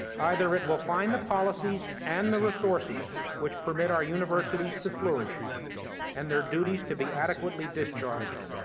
either it will find the policies and the resources which permit our universities to flourish and their duties to be adequately discharged,